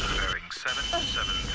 bearing seven seven